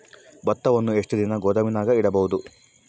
ಭತ್ತವನ್ನು ಎಷ್ಟು ದಿನ ಗೋದಾಮಿನಾಗ ಇಡಬಹುದು?